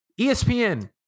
ESPN